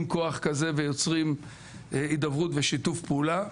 כוח כזה ויוצרים הידברות ושיתוף פעולה.